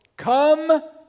come